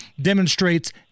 demonstrates